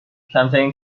کمترین